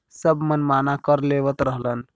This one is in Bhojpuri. सब मनमाना कर लेवत रहलन